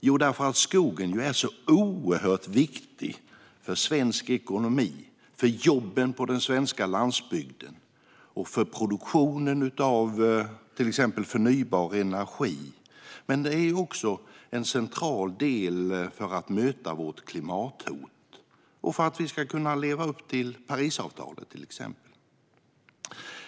Jo, därför att skogen är så oerhört viktig för svensk ekonomi, för jobben på den svenska landsbygden och för produktionen av till exempel förnybar energi. Men den är också central för att vi ska kunna möta klimathotet och leva upp till exempelvis Parisavtalet.